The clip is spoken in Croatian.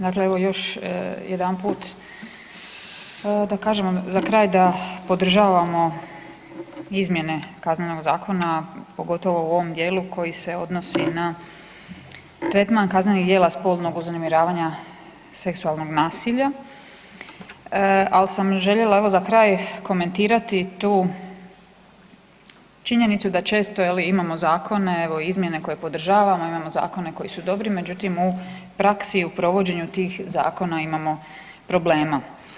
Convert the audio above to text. Dakle evo još jedanput da kažem za kraj da podržavamo izmjene Kaznenog zakona, pogotovo u ovom dijelu koji se odnosi na tretman kaznenih djela spolnog uznemiravanja seksualnog nasilja, ali sam željela, evo za kraj, komentirati tu činjenicu da često, je li, imamo zakone, evo, izmjene koje podržavamo, imamo zakone koji su dobri, međutim, u praksi u provođenju tih zakona imamo problema.